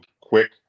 quick